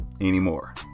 anymore